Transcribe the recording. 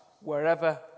wherever